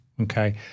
okay